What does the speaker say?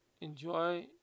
enjoy